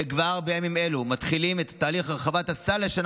וכבר בימים אלו מתחילים את תהליך הרחבת הסל לשנה